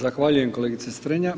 Zahvaljujem kolegice Strenja.